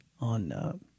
on